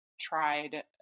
tried